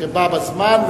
שבא בזמן,